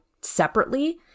separately